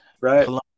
Right